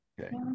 Okay